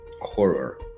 horror